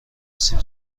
سیب